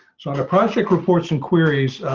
so on the project reports and queries.